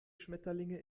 schmetterlinge